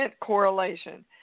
correlation